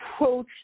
approach